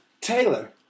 Taylor